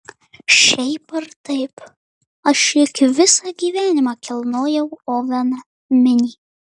šiaip ar taip aš juk visą gyvenimą kilnojau oveną minį